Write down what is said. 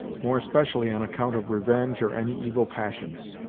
more especially on account of revenge or any evil passions.